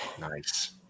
Nice